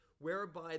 whereby